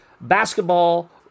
basketball